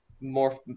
more